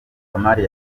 kamali